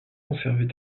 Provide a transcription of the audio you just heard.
conservées